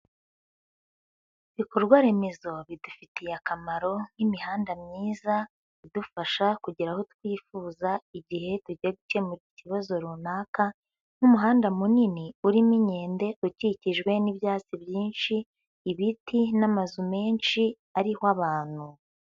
Ibikorwaremezo bidufitiye akamaro nk'imihanda myiza idufasha kugera aho twifuza igihe tugiye gukemura ikibazo runaka n'umuhanda munini urimo inkende, ukikijwe n'ibyatsi byinshi, ibiti n'amazu menshi ariho abantu.